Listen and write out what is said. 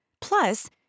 plus